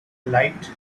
light